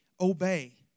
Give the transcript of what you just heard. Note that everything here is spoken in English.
obey